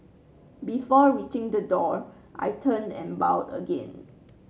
before reaching the door I turned and bowed again